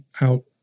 out